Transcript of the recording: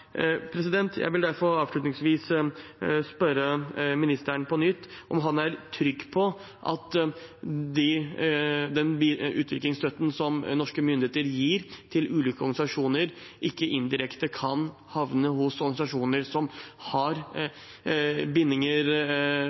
Jeg vil derfor avslutningsvis spørre statsråden på nytt om han er trygg på at den utviklingsstøtten som norske myndigheter gir til ulike organisasjoner, ikke indirekte kan havne hos organisasjoner som har bindinger